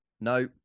No